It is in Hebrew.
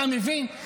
אתה מבין?